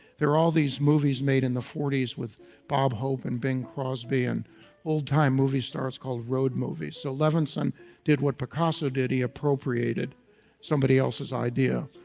there all these movies made in the forty s with bob hope and bing crosby, and old time movie stars called road movie. so levinson did what picasso did, he appropriated somebody else's idea,